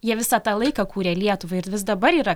jie visą tą laiką kūrė lietuvą ir vis dabar yra